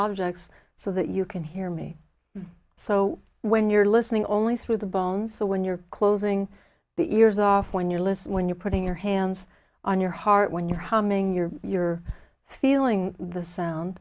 objects so that you can hear me so when you're listening only through the bones so when you're closing the ears off when your list when you're putting your hands on your heart when you're humming you're you're feeling the